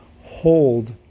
hold